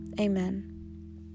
Amen